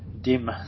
dim